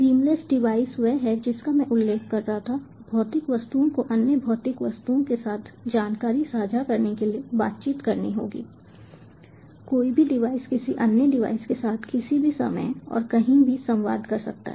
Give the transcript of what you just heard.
seamless device वह है जिसका मैं उल्लेख कर रहा था भौतिक वस्तुओं को अन्य भौतिक वस्तुओं के साथ जानकारी साझा करने के लिए बातचीत करनी होगी कोई भी डिवाइस किसी अन्य डिवाइस के साथ किसी भी समय और कहीं भी संवाद कर सकता है